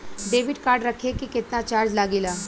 Debit card रखे के केतना चार्ज लगेला?